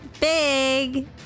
big